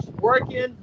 Working